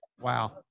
wow